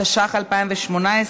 התשע"ח 2018,